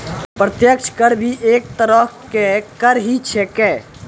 प्रत्यक्ष कर भी एक तरह के कर ही छेकै